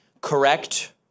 correct